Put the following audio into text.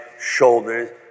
shoulders